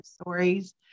stories